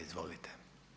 Izvolite.